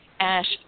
Ash